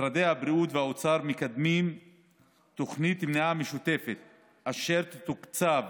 משרדי הבריאות והאוצר מקדמים תוכנית מניעה משותפת אשר תתוקצב